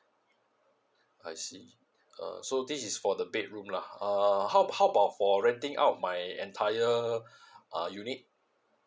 I see uh so this is for the bedroom lah uh how how how about for renting out my entire uh unit